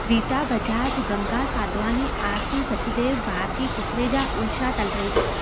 Rita Bajaj Ganga Sadhwani Aarti Sachdev Bharti Kukreja Usha Talreja